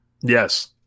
Yes